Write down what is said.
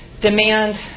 demand